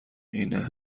اینه